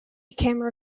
camera